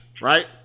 right